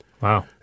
Wow